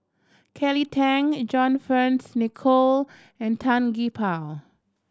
Kelly Tang John Fearns Nicoll and Tan Gee Paw